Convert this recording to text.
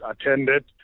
attended